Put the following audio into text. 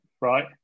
right